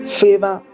favor